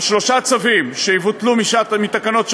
על שלושה צווים שיבוטלו מתקנות שעת-חירום: